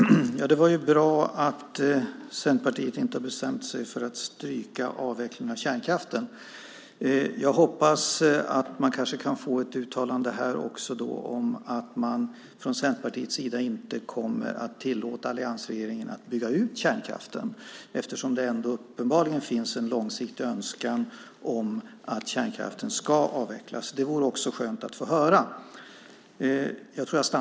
Fru talman! Det var bra att Centerpartiet inte har bestämt sig för att stryka avvecklingen av kärnkraften. Jag hoppas att vi kanske kan få ett uttalande här också om att Centerpartiet inte kommer att tillåta alliansregeringen att bygga ut kärnkraften eftersom det uppenbarligen finns en långsiktig önskan om att kärnkraften ska avvecklas. Det vore också skönt att få höra.